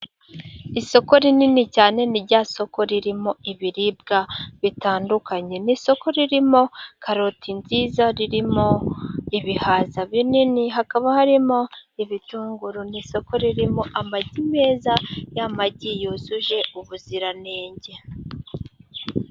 Isoko rinini cyane ni rya soko ririmo ibiribwa bitandukanye, ni isoko ririmo karoti nziza, ririmo ibihaza binini, hakaba harimo ibitunguru, ni isoko ririmo amagi meza, ya magi yujuje ubuziranenge.